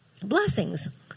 Blessings